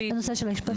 הנושא של האשפוז,